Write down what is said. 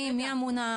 מי אמון?